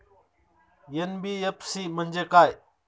NBFC म्हणजे काय?